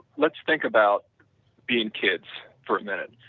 let's think about being kids for a minute.